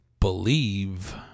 believe